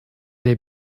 they